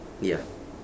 ya